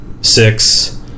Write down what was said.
six